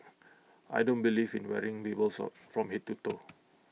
I don't believe in wearing labels or from Head to toe